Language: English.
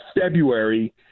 February